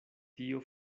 tio